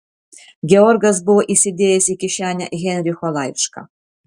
georgas buvo įsidėjęs į kišenę heinricho laišką